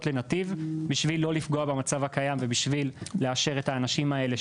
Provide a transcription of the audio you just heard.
לנתיב בשביל לא לפגוע במצב הקיים ובשביל לאשר את האנשים האלה,